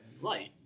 life